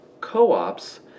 co-ops